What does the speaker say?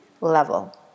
level